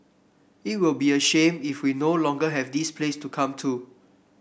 it'll be a shame if we no longer have this place to come to